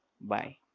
Bye